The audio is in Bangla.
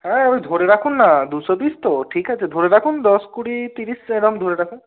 হ্যাঁ ঐ ধরে রাখুন না দুশো পিস তো ঠিক আছে ধরে রাখুন দশ কুড়ি তিরিশ এরম ধরে রাখুন